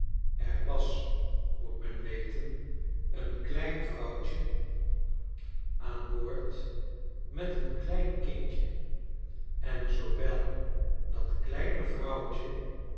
er was moet men weten een klein vrouwtje aan boord met een klein kindje en zoowel dat kleine vrouwtje